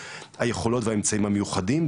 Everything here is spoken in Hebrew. היכולות האמצעים המיוחדים,